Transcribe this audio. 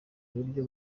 uburyo